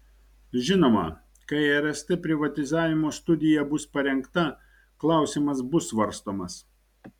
žinoma kai rst privatizavimo studija bus parengta klausimas bus svarstomas